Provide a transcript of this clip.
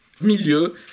milieu